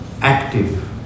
active